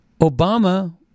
Obama